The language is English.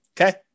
Okay